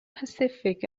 pacific